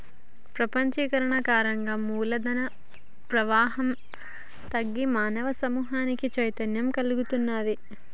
ప్రపంచీకరణ కారణంగా మూల ధన ప్రవాహం తగ్గి మానవ సమూహానికి చైతన్యం కల్గుతున్నాది